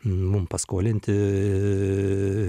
mum paskolinti